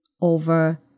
over